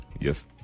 yes